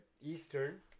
Eastern